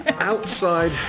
Outside